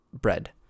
Bread